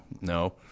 no